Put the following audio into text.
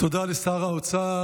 תודה לשר האוצר.